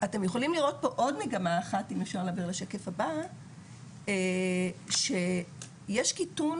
אתם יכולים לראות פה עוד מגמה אחת, שיש קיטון